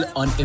on